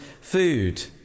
food